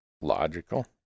logical